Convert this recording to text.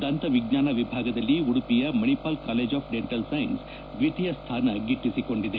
ದಂತವಿಜ್ಞಾನ ವಿಭಾಗದಲ್ಲಿ ಉಡುಪಿಯ Manipal college of dental science ದ್ವಿತೀಯ ಸ್ಥಾನ ಗಿಟ್ಟಿಸಿಕೊಂಡಿದೆ